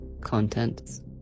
Contents